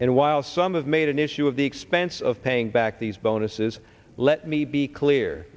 and while some have made an issue of the expense of paying back these bonuses let me be clear